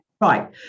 Right